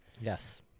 Yes